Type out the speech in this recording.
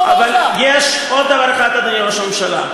אבל יש עוד דבר אחד, אדוני ראש הממשלה.